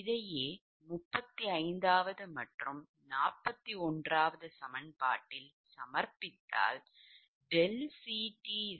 இதையே 35 மற்றும் 41 சமன்பாட்டிலிருந்து சரியாகப் பெற்றோம்